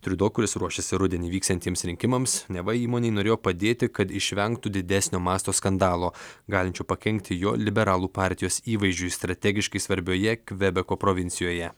triudo kuris ruošėsi rudenį vyksiantiems rinkimams neva įmonei norėjo padėti kad išvengtų didesnio masto skandalo galinčių pakenkti jo liberalų partijos įvaizdžiui strategiškai svarbioje kvebeko provincijoje